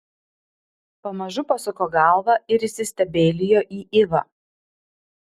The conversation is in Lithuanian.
pamažu pasuko galvą ir įsistebeilijo į ivą